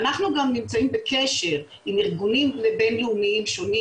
אנחנו גם נמצאים בקשר עם ארגונים בין לאומיים שונים,